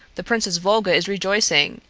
the princess volga is rejoicing,